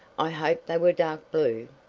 i hope they were dark blue.